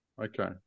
Okay